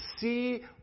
see